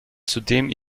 zudem